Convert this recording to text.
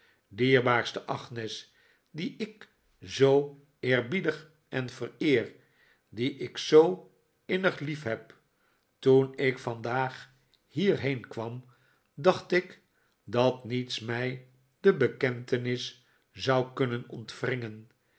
dierbaarste agnes die ik zoo eerbiedig en vereer die ik zoo innig lief heb toen ik vandaag hierheen kwam dacht ik dat niets mij de bekentenis zou kunnen ontwringen